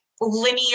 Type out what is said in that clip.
linear